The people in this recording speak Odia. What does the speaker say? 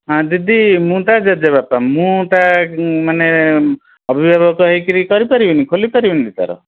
ହଁ ଦିଦି ମୁଁ ତା ଜେଜେବାପା ମୁଁ ତା ମାନେ ଅଭିଭାବକ ହେଇକିରି କରିପାରିବିନି ଖୋଲିପାରିବିନି ତା'ର